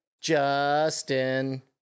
Justin